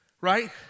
right